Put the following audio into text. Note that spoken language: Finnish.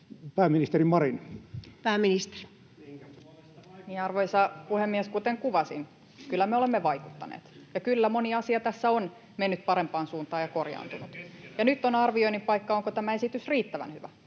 kok) Time: 16:17 Content: Arvoisa puhemies! Kuten kuvasin, kyllä me olemme vaikuttaneet, ja kyllä moni asia tässä on mennyt parempaan suuntaan ja korjaantunut, ja nyt on sen arvioinnin paikka, onko tämä esitys riittävän hyvä.